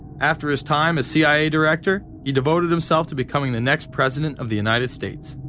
after his time as cia director, he devoted himself to becoming the next president of the united states.